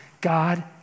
God